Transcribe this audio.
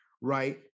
right